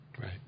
Right